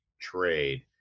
trade